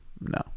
No